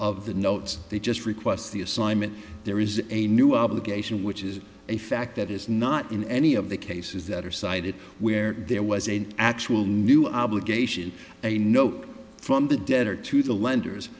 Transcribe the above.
the notes they just request the assignment there is a new obligation which is a fact that is not in any of the cases that are cited where there was an actual new obligation a note from the debtor to the lenders